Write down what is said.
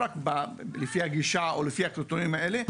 לפיה הם ידונו לא רק לפי הגישה או לפי הקריטריונים האלה,